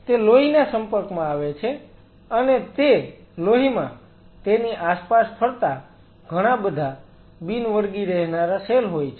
તે લોહીના સંપર્કમાં આવે છે અને તે લોહીમાં તેની આસપાસ ફરતા ઘણાંબધા બિન વળગી રહેનારા સેલ હોય છે